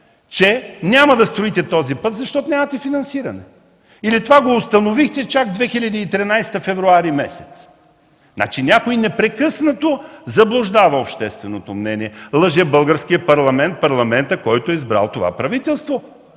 че няма да строите този път, защото нямате финансиране? Или това го установихте чак през месец февруари 2013 г.? Някой непрекъснато заблуждава общественото мнение, лъже Българския парламент – Парламентът, който е избрал това правителство.